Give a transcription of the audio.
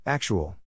Actual